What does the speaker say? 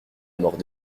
mort